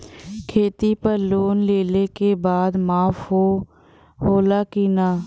खेती पर लोन लेला के बाद माफ़ होला की ना?